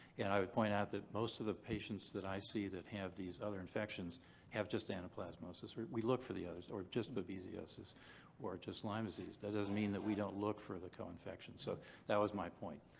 and i would point out that most of the patients that i see that have these other infections have just anaplasmosis. we look for the others just but babesiosis or just lyme disease. that doesn't mean that we don't look for the co-infections. so that was my point.